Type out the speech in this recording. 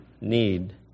need